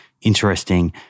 interesting